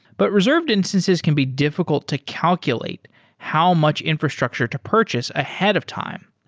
but reserved instances can be difficult to calculate how much infrastructure to purchase ahead of time.